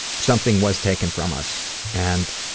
something was taken from us and